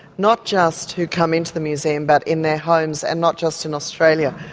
not just to come into the museum, but in their homes and not just in australia.